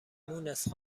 مونس